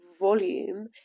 volume